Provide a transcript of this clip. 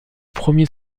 premier